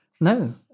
No